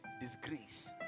disgrace